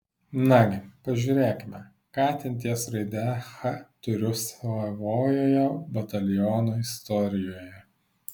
nagi pažiūrėkime ką ten ties raide ch turiu savojoje bataliono istorijoje